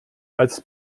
als